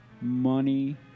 money